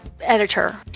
editor